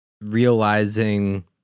realizing